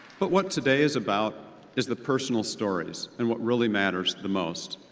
but what today is about is the personal stories and what really matters the most.